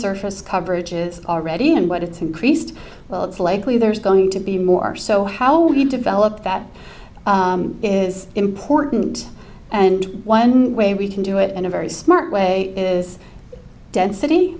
surface coverage is already and what it's increased well it's likely there's going to be more so how we develop that is important and one way we can do it in a very smart way is density